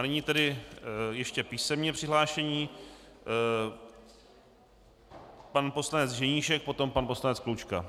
Nyní tedy ještě písemně přihlášení pan poslanec Ženíšek, potom pan poslanec Klučka.